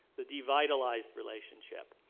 the devitalized relationship.